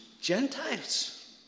Gentiles